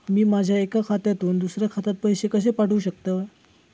मी माझ्या एक्या खात्यासून दुसऱ्या खात्यात पैसे कशे पाठउक शकतय?